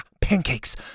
pancakes